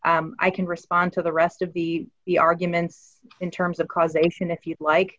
i can respond to the rest of the the argument in terms of causation if you'd like